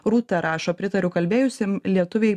rūta rašo pritariu kalbėjusiem lietuviai